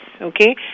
okay